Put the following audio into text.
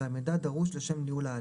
והמידע דרוש לשם ניהול ההליך,